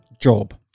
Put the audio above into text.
job